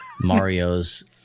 Mario's